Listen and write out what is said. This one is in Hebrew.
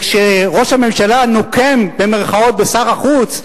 וכשראש הממשלה "נוקם" בשר החוץ,